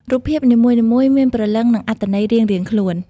រូបភាពនីមួយៗមានព្រលឹងនិងអត្ថន័យរៀងៗខ្លួន។